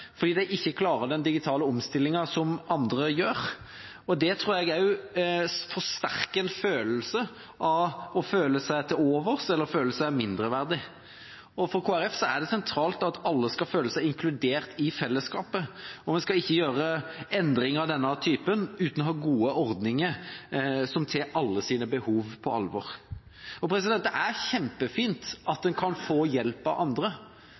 fordi de ikke klarer den digitale omstillingen som andre gjør. Det tror jeg også forsterker det å føle seg til overs eller føle seg mindreverdig. For Kristelig Folkeparti er det sentralt at alle skal føle seg inkludert i fellesskapet, og vi skal ikke gjøre endringer av denne typen uten å ha gode ordninger som tar alles behov på alvor. Og det er kjempefint at en kan få hjelp av andre,